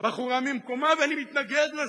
בחורה ממקומה, ואני מתנגד לזה.